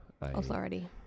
authority